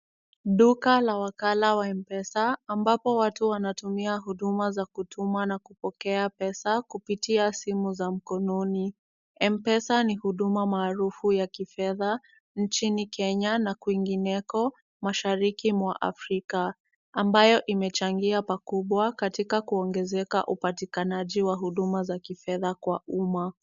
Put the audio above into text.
Duka la wakala wa Mpesa ambapo watu wanatumia huduma za kutumwa na kupokea pesa kupitia simu za mkononi. Mpesa ni huduma maarufu ya kifedha nchini Kenya na kwingineko mashariki mwa Afrika ambayo imechangia pakubwa katika kuongezeka upatikanaji wa huduma za kifedha kwa umma.